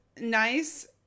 nice